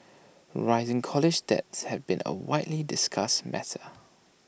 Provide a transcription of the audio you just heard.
rising college debts has been A widely discussed matter